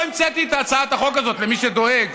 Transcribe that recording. אני לא המצאתי את הצעת החוק הזאת, למי שדואג.